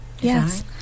yes